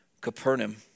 Capernaum